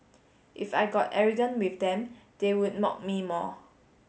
if I got arrogant with them they would mock me more